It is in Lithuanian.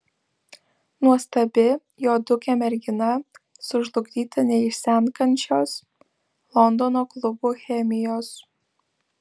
nuostabi juodukė mergina sužlugdyta neišsenkančios londono klubų chemijos